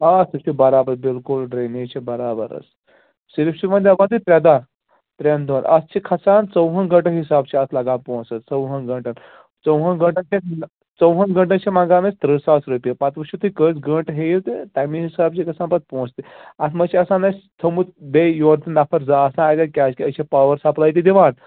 آ سُہ چھُ برابر بِلکُل ڈرٛیٚنیٚج چھِ برابر حظ صِرف چھِ وۄنۍ دَپان تُہۍ ترٛےٚ دۄہ ترٛٮ۪ن دۄہ اَتھ چھِ کھسان ژۄوُہَن گنٛٹہٕ حِساب چھِ اَتھ لگان پۅنٛسہٕ ژۄوُہن گنٛٹن ژۄوُہَن گنٛٹَن چھِ ژۄوہَن گنٛٹن چھِ منٛگان أسۍ تٕرٛہ ساس رۄپیہِ پَتہٕ وُچھو تُہۍ کٔژ گنٛٹہٕ ہیٚیِو تہٕ تَمی حِساب چھِ گژھان پَتہٕ پۅنٛسہٕ تہِ اَتھ منٛز چھِ آسان اَسہِ تھوٚومُت بیٚیہِ یورٕ تہِ نَفر زٕ آسان اَتٮ۪ن کیٛازِ کہِ أسۍ چھِ پاوَر سَپلے تہِ دِوان